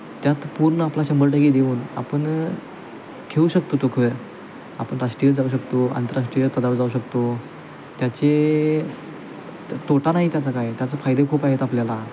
त्यात पूर्ण आपला शंभर टक्के देऊन आपण खेळू शकतो तो खेळ आपण राष्ट्रीय जाऊ शकतो आंतरराष्ट्रीय पदावर जाऊ शकतो त्याचे त तोटा नाही त्याचा काय त्याचं फायदे खूप आहेत आपल्याला